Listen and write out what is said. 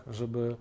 żeby